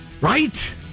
Right